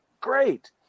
Great